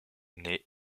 née